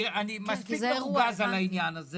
אני מספיק מרוגז על העניין הזה